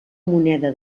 moneda